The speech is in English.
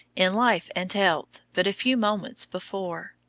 in life and health, but a few moments before.